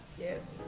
Yes